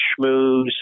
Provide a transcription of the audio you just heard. schmooze